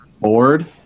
board